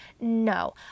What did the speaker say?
no